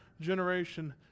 generation